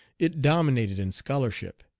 it dominated in scholarship.